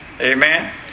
Amen